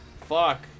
fuck